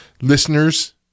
listeners